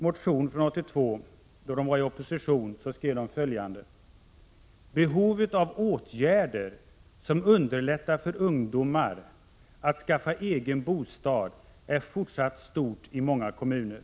Man skrev nämligen följande i reservationen: ”Behovet av åtgärder som underlättar för ungdomar att skaffa egen bostad är fortsatt stort i många kommuner.